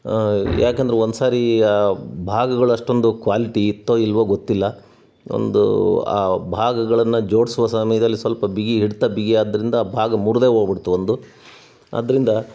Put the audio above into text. ಯಾಕಂದ್ರೆ ಒಂದು ಸಾರಿ ಆ ಭಾಗಗಳು ಅಷ್ಟೊಂದು ಕ್ವಾಲ್ಟಿ ಇತ್ತೋ ಇಲ್ಲವೋ ಗೊತ್ತಿಲ್ಲ ಒಂದು ಆ ಭಾಗಗಳನ್ನು ಜೋಡಿಸುವ ಸಮಯದಲ್ಲಿ ಸ್ವಲ್ಪ ಬಿಗಿ ಹಿಡಿತ ಬಿಗಿಯಾದ್ದರಿಂದ ಆ ಭಾಗ ಮುರಿದೇ ಹೋಗ್ಬುಡ್ತು ಒಂದು ಆದ್ದರಿಂದ